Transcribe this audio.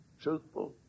truthful